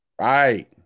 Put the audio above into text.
right